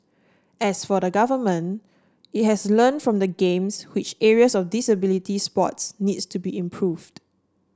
as for the Government it has learn from the Games which areas of disability sports needs to be improved